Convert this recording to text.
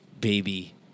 baby